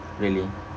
really